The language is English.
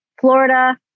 Florida